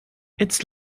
its